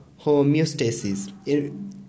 homeostasis